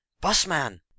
Busman